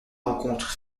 rencontre